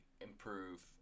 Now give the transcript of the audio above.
improve